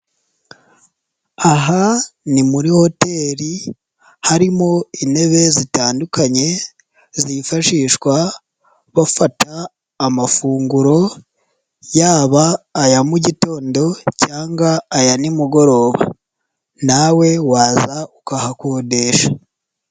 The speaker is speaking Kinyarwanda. Aha ni muri hoteli harimo intebe zitandukanye, zifashishwa, bafata amafunguro, yaba aya mu mugitondo, cyangwa aya nimugoroba. Nawe waza ukahakodesha.